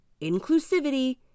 inclusivity